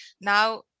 now